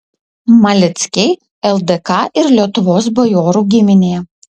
maleckiai ldk ir lietuvos bajorų giminė